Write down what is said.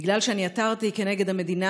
בגלל שאני עתרתי כנגד המדינה,